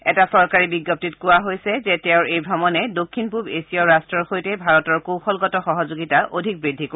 এটা চৰকাৰী বিজ্ঞপ্তিত কৈছে যে তেওঁৰ এই ভ্ৰমণে দক্ষিণ পূব এছীয় ৰাট্টৰ সৈতে ভাৰতৰ কৌশলগত সহযোগিতা বৃদ্ধি কৰিব